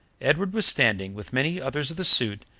edward was standing, with many others of the suit,